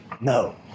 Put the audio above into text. No